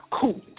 Cool